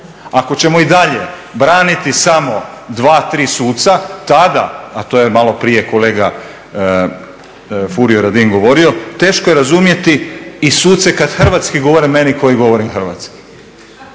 Ako ćemo i dalje braniti samo dva, tri suca tada, a to je maloprije kolega Furio Radin govorio, teško je razumjeti i suce kad hrvatski govore meni koji govorim hrvatski.